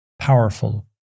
powerful